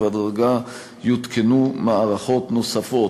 ובהדרגה יותקנו מערכות נוספות,